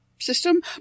system